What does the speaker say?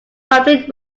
complete